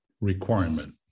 requirement